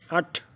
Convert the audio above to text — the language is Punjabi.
ਅੱਠ